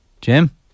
Jim